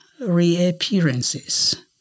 reappearances